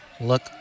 look